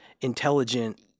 intelligent